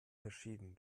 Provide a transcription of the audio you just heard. verschieden